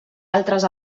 altres